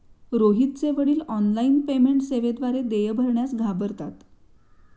रोहितचे वडील online payment सेवेद्वारे देय भरण्यास घाबरतात